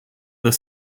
the